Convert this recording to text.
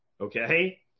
okay